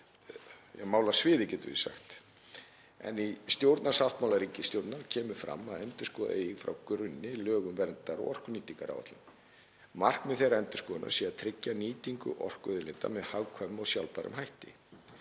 málasviði, getum við sagt. Í stjórnarsáttmála ríkisstjórnarinnar kemur fram að endurskoða eigi frá grunni lög um verndar- og orkunýtingaráætlun. Markmið þeirrar endurskoðunar sé að tryggja nýtingu orkuauðlinda með hagkvæmum og sjálfbærum hætti.